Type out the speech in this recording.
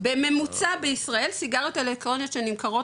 בממוצע בישראל סיגריות אלקטרוניות שנמכרות